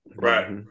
Right